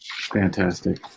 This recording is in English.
Fantastic